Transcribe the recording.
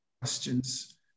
questions